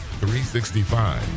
365